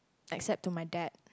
except to my dad